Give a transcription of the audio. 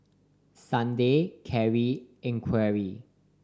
Sunday Cari and Enrique